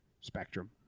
spectrum